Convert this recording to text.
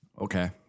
Okay